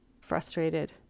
frustrated